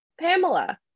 Pamela